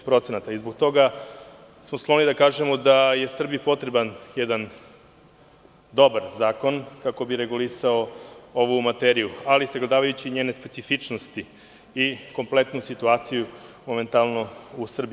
Zbog toga smo skloni da kažemo da je Srbiji potreban jedan dobar zakon, kako bi regulisao ovu materiju, ali sagledavajući njene specifičnosti i kompletnu situaciju momentalno u Srbiji.